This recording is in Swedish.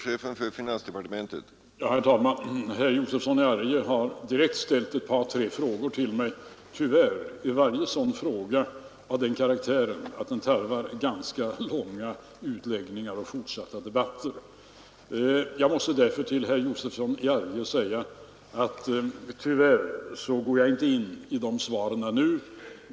Herr talman! Herr Josefson i Arrie har ställt ett par tre frågor direkt till mig. Varje fråga är av den karaktären att den tarvar ganska långa utläggningar och fortsatta debatter. Jag måste därför säga till herr Josefson att jag tyvärr inte kan gå in på de svaren nu.